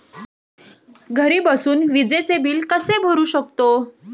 घरी बसून विजेचे बिल कसे भरू शकतो?